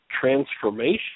transformation